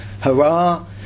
hurrah